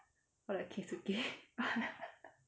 or like keisuke